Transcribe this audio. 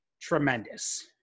tremendous